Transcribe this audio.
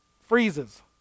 Freezes